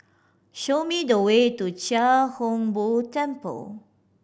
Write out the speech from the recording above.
show me the way to Chia Hung Boo Temple